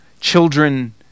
children